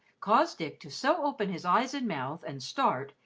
caused dick to so open his eyes and mouth, and start,